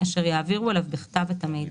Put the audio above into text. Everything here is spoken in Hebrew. אשר יעבירו אליו בכתב את המידע,